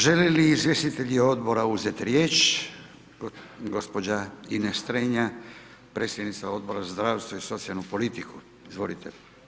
Želi li izvjestitelji odbora uzeti riječ, gospođa Ines Strenja, predsjednica Odbora za zdravstvo i socijalnu politiku, izvolite.